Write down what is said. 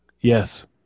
Yes